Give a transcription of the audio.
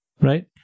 right